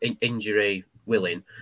injury-willing